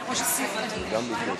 בבקשה,